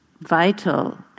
vital